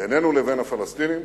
בינינו לבין הפלסטינים,